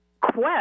quest